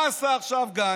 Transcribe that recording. מה עשה עכשיו גנץ?